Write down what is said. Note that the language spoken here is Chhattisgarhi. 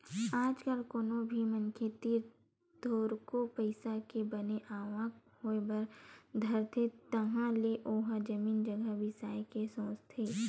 आज कल कोनो भी मनखे तीर थोरको पइसा के बने आवक होय बर धरथे तहाले ओहा जमीन जघा बिसाय के सोचथे